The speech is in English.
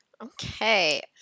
Okay